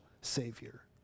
Savior